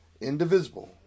indivisible